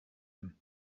him